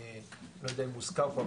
אני לא יודע אם הוזכר פה,